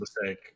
mistake